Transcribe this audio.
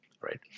Right